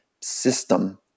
system